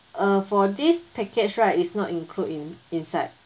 uh for this package right is not include in~ inside